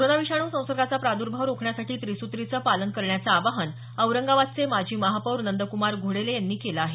corona विषाणू संसर्गाचा प्रादुर्भाव रोखण्यासाठी त्रिसूत्रीचं पालन करण्याचं आवाहन औरंगाबादचे माजी महापौर नंद्कुमार घोडेले यांनी केलं आहे